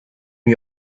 new